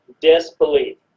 disbelief